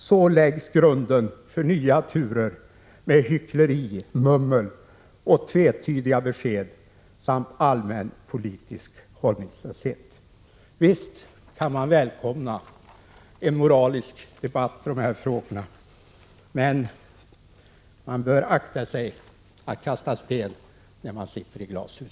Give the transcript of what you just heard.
Så läggs grunden för nya turer med hyckleri, mummel och tvetydiga besked samt allmän politisk hållningslöshet.” Visst kan man välkomna en moralisk debatt i de här frågorna, men man bör akta sig för att kasta sten när man sitter i glashus.